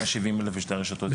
170 אלף תלמידים בשתי הרשתות יחד?